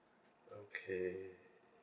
okay